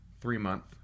three-month